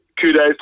kudos